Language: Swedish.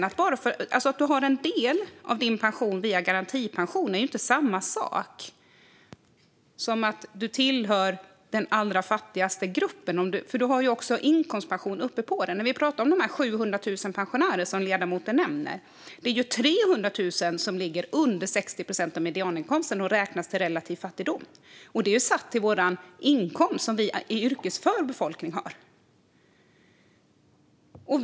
Att man har en del av sin pension via garantipensionen är inte samma sak som att man tillhör den allra fattigaste gruppen, för man har ju också inkomstpension ovanpå den. Om vi pratar om de 700 000 pensionärer som ledamoten nämner är det 300 000 som ligger under 60 procent av medianinkomsten och räknas till relativ fattigdom. Det är satt i förhållande till den inkomst som vi i yrkesför befolkning har.